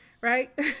Right